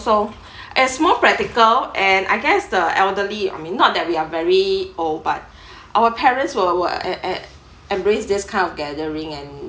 so as more practical and I guess the elderly I mean not that we are very old but our parents will w~ e~ embrace this kind of gathering and